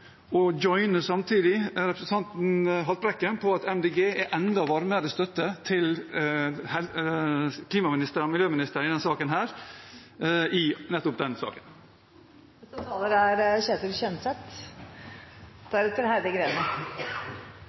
og samtidig «joine» – representanten Haltbrekken på at Miljøpartiet De Grønne er enda varmere i støtten til klima- og miljøministeren i nettopp denne saken. I Venstre er